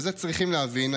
ואת זה צריכים להבין,